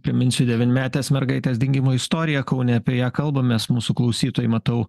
priminsiu devynmetės mergaitės dingimo istoriją kaune prie kalbamės mūsų klausytojai matau